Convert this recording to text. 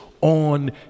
on